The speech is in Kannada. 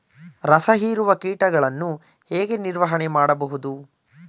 ರಸ ಹೀರುವ ಕೀಟಗಳನ್ನು ಹೇಗೆ ನಿರ್ವಹಣೆ ಮಾಡಬಹುದು?